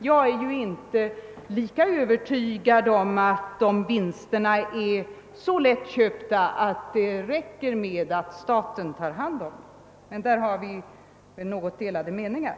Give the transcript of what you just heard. Jag är inte lika övertygad om att vinsterna är så lättköpta att det räcker med att staten tar hand om verksamheten. Där har vi något delade meningar.